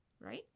right